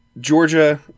Georgia